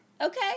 okay